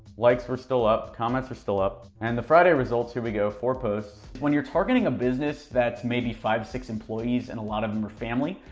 likes were still up, comments were still up, and the friday results, here we go, four posts. when you're targeting a business that's maybe five, six employees and a lot of them are family,